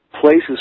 places